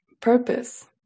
purpose